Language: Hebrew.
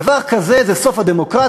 דבר כזה זה סוף הדמוקרטיה,